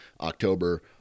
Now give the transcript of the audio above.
October